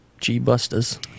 G-Busters